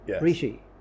rishi